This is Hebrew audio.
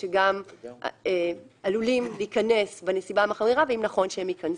שגם עלולים להיכנס בנסיבה המחמירה והאם נכון שייכנסו.